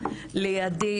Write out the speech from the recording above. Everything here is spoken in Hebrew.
לידי,